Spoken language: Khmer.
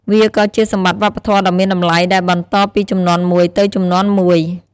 វាក៏ជាសម្បត្តិវប្បធម៌ដ៏មានតម្លៃដែលបន្តពីជំនាន់មួយទៅជំនាន់មួយ។